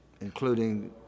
including